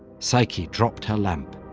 psyche dropped her lamp,